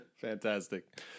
Fantastic